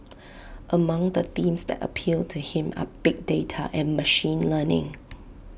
among the themes that appeal to him are big data and machine learning